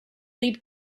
lead